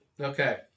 okay